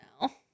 now